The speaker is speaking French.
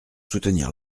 soutenir